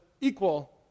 equal